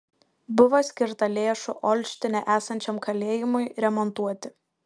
buvo skirta lėšų olštine esančiam kalėjimui remontuoti